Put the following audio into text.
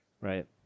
Right